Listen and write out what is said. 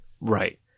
Right